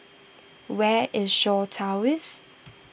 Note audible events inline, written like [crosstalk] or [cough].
where is Shaw Towers [noise]